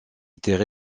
étaient